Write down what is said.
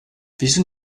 wieso